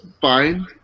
fine